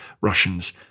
Russians